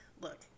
look